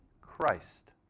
Christ